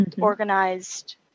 organized